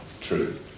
true